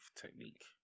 technique